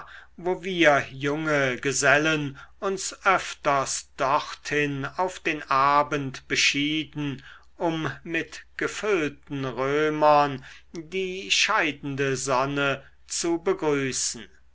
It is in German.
wo wir junge gesellen uns öfters dorthin auf den abend beschieden um mit gefüllten römern die scheidende sonne zu begrüßen